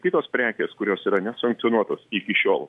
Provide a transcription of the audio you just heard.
kitos prekės kurios yra nesankcionuotos iki šiol